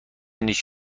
نیست